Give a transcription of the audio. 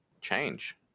change